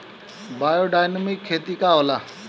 Biodynamic खेती का होला?